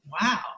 wow